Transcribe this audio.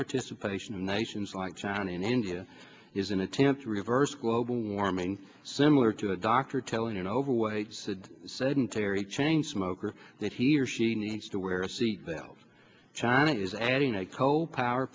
participation of nations like china and india is an attempt to reverse global warming similar to a doctor telling an overweight said sedentary chain smoker that he or she needs to wear a seatbelt china is adding a coal power